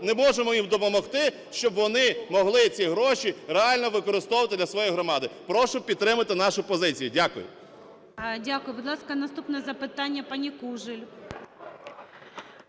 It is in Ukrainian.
не можемо їм допомогти, щоб вони могли ці гроші реально використовувати для своєї громади? Прошу підтримати нашу позицію. Дякую. ГОЛОВУЮЧИЙ. Дякую. Будь ласка, наступне запитання, пані Кужель.